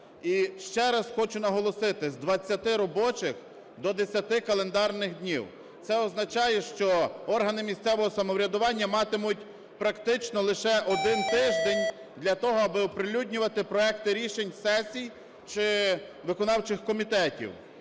ще раз хочу наголосити: з 20 робочих до 10 календарних днів. Це означає, що органи місцевого самоврядування матимуть практично лише 1 тиждень для того, аби оприлюднювати проекти рішень сесій чи виконавчих комітетів.